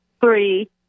three